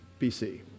BC